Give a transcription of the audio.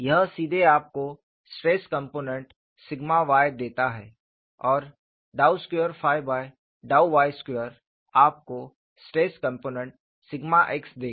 यह सीधे आपको स्ट्रेस कंपोनेंट सिग्मा y देता है और ∂ 2∂ y2 आपको स्ट्रेस कंपोनेंट सिग्मा x देगा